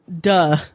duh